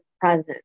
present